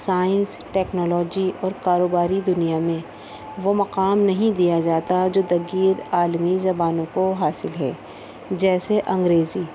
science technology اور کاروباری دنیا میں وہ مقام نہیں دیا جاتا جو دگر عالمی زبانوں کو حاصل ہے جیسے انگریزی